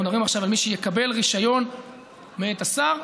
אנחנו מדברים עכשיו על מי שיקבל רישיון מאת השר.